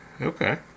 Okay